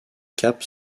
cap